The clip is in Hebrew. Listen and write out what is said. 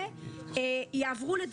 היום יום שלישי כ"ו בתמוז,